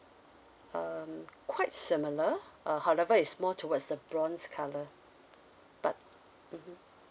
um quite similar uh however it's more towards the bronze color but mmhmm